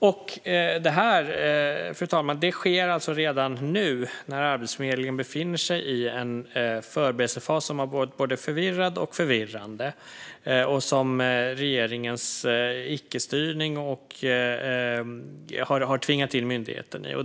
Och detta, fru talman, sker alltså redan nu när Arbetsförmedlingen befinner sig i en förberedelsefas som har varit både förvirrad och förvirrande och som regeringens icke-styrning har tvingat in myndigheten i.